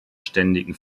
ständigen